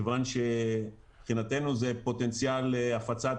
כיוון שמבחינתנו זה פוטנציאל להפצת